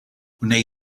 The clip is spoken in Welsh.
wnei